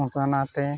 ᱚᱱᱠᱟᱱᱟᱜᱛᱮ